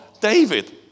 David